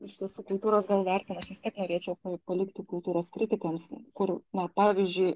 iš tiesų kultūros gal vertinimą aš vis tiek norėčiau palikti kultūros kritikams kur na pavyzdžiui